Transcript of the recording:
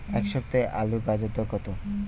এ সপ্তাহে আলুর বাজার দর কত?